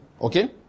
Okay